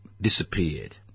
disappeared